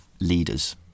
leaders